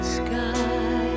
sky